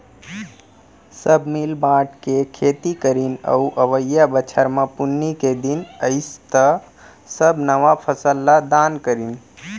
सब मिल बांट के खेती करीन अउ अवइया बछर म पुन्नी के दिन अइस त सब नवा फसल ल दान करिन